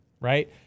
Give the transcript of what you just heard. right